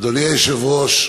אדוני היושב-ראש,